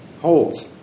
holds